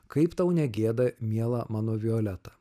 kaip tau negėda miela mano violeta